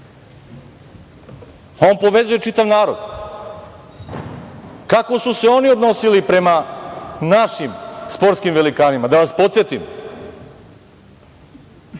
On povezuje čitav narod. Kako su se oni odnosili prema našim sportskim velikanima? Da vas podsetim,